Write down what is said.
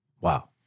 wow